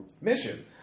mission